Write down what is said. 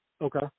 Okay